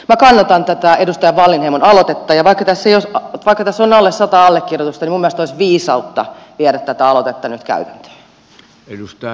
minä kannatan tätä edustaja wallinheimon aloitetta ja vaikka tässä on alle sata allekirjoitusta niin minun mielestäni olisi viisautta viedä tätä aloitetta nyt käytäntöön